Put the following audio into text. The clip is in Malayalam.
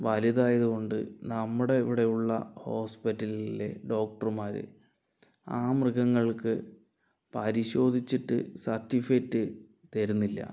വലുതായാത് കൊണ്ട് നമ്മുടെ ഇവിടെയുള്ള ഹോസ്പിറ്റലിലെ ഡോക്ടർമാര് ആ മൃഗങ്ങൾക്ക് പരിശോധിച്ചിട്ട് സർട്ടഫിക്കറ്റ് തരുന്നില്ല